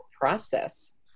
process